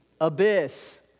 abyss